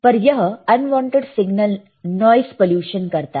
पर यह unwanted signal noise pollution करता है